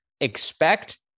Expect